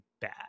bad